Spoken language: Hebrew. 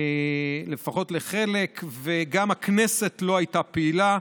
לפחות לחלק, וגם הכנסת לא הייתה פעילה.